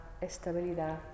estabilidad